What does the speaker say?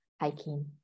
hiking